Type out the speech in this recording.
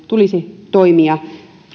tulisi toimia